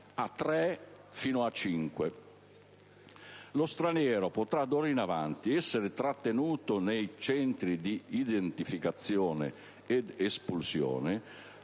anni e fino a cinque. Lo straniero potrà d'ora in avanti essere trattenuto nei Centri di identificazione ed espulsione